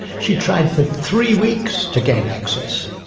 she tried for three weeks to gain access.